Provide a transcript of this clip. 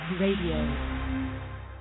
Radio